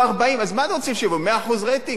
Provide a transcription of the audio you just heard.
פה 40. אז מה אתם רוצים שיהיה פה, 100% רייטינג